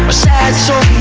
ah sad